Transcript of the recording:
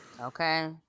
Okay